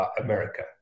America